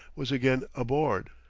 was again aboard.